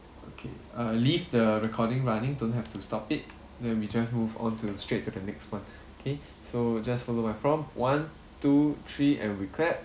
okay uh leave the recording running don't have to stop it then we just move on to straight to the next one okay so just follow my prompt one to three and we clap